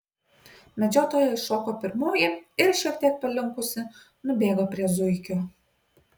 medžiotoja iššoko pirmoji ir šiek tiek palinkusi nubėgo prie zuikio